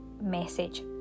message